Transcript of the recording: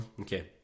Okay